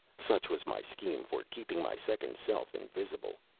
such was my scheme for keeping my second self invisible.